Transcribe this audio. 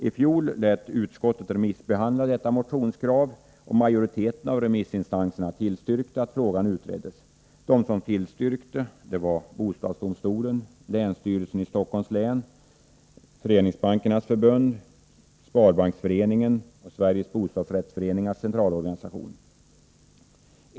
I fjol lät utskottet remissbehandla detta motionskrav, och 21 mars 1984 majoriteten av remissinstanserna tillstyrkte att frågan utreddes. De som tillstyrkte var bostadsdomstolen, länsstyrelsen i Stockholms län, Sveriges Föreningsbankers förbund, Svenska sparbanksföreningen och Sveriges Bostadsrättsföreningars centralorganisation.